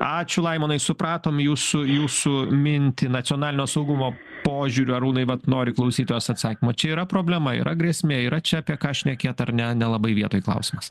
ačiū laimonai supratom jūsų jūsų mintį nacionalinio saugumo požiūriu arūnai vat nori klausytojas atsakymo čia yra problema yra grėsmė yra čia apie ką šnekėt ar ne nelabai vietoj klausimas